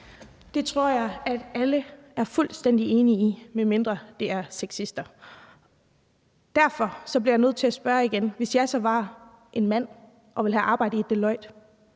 Det tror jeg alle er fuldstændig enige i, medmindre de er sexister. Derfor bliver jeg nødt til at spørge igen: Hvis jeg var en mand og ville have arbejde i Deloitte